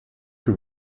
que